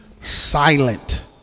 silent